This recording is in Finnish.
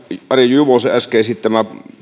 arja juvosen äsken esittämää